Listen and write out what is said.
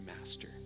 master